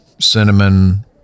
cinnamon